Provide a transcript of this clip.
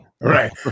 Right